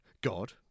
God